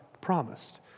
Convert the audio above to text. promised